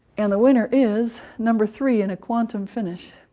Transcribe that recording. and the winner is number three in a quantum finish,